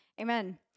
Amen